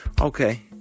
Okay